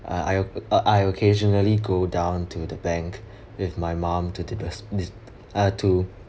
uh I op~ uh I occasionally go down to the bank with my mom to de~ uh to